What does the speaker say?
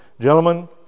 gentlemen